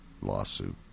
lawsuit